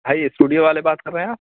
بھائی اسٹوڈیو والے بات کر رہے ہیں آپ